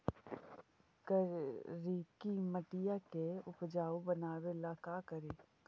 करिकी मिट्टियां के उपजाऊ बनावे ला का करी?